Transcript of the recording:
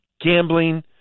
gambling